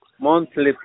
Monthly